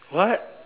what